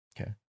Okay